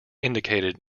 indicated